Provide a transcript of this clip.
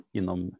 inom